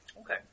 Okay